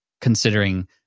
considering